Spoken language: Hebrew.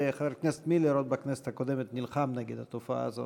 וחבר הכנסת מילר עוד בכנסת הקודמת נלחם נגד התופעה הזאת,